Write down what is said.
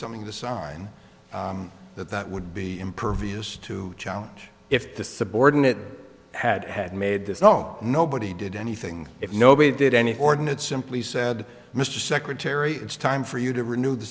something to sign that that would be impervious to challenge the subordinate had had made there's no nobody did anything if nobody did anything ordinates simply said mr secretary it's time for you to renew the